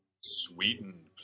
Sweetened